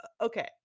Okay